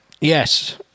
yes